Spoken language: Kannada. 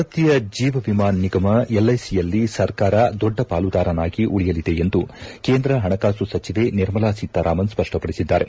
ಭಾರತೀಯ ಜೀವವಿಮಾ ನಿಗಮ ಎಲ್ಐಸಿಯಲ್ಲಿ ಸರ್ಕಾರ ದೊಡ್ಡ ಪಾಲುದಾರನಾಗಿ ಉಳಿಯಲಿದೆ ಎಂದು ಕೇಂದ್ರ ಹಣಕಾಸು ಸಚಿವೆ ನಿರ್ಮಲಾ ಸೀತಾರಾಮನ್ ಸ್ವಷ್ಪಡಿಸಿದ್ದಾರೆ